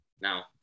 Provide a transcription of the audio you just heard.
Now